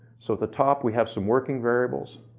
so at the top we have some working variables.